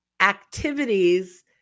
activities